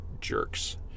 jerks